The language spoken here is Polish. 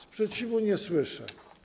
Sprzeciwu nie słyszę.